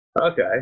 okay